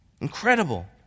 incredible